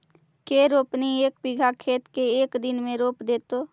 के रोपनी एक बिघा खेत के एक दिन में रोप देतै?